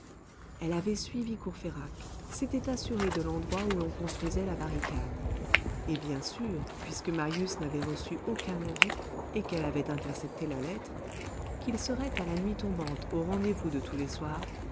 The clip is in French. elle avait suivi courfeyrac s'était assurée de l'endroit où l'on construisait la barricade et bien sûre puisque marius n'avait reçu aucun avis et qu'elle avait intercepté la lettre qu'il serait à la nuit tombante au rendez-vous de tous les soirs